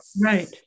Right